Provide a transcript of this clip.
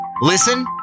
Listen